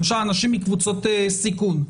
למשל אנשים מקבוצות סיכון,